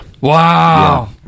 Wow